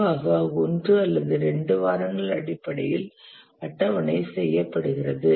பொதுவாக 1 அல்லது 2 வாரங்கள் அடிப்படையில் அட்டவணை செய்யப்படுகிறது